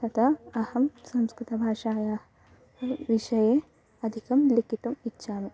अतः अहं संस्कृतभाषायाः विषये अधिकं लिखितुम् इच्छामि